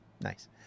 Nice